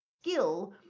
skill